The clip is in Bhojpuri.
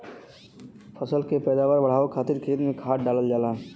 फसल के पैदावार बढ़ावे खातिर खेत में खाद डालल जाला